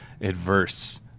adverse